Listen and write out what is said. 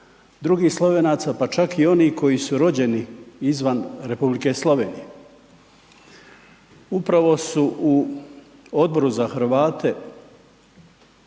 drugih Slovenaca, pa čak i oni koji su rođeni izvan Republike Slovenije. Upravo su u Odboru za Hrvate